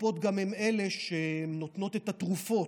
הקופות הן גם אלה שנותנות את התרופות,